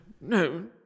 no